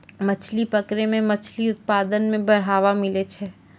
मछली पकड़ै मे मछली उत्पादन मे बड़ावा मिलै छै